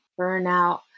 burnout